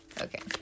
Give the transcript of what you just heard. Okay